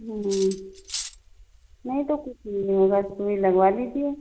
नहीं तो कुछ नहीं होगा सुई लगवा लीजिए